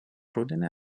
rudenį